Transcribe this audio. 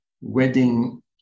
wedding